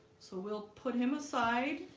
so we'll put him aside